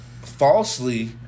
falsely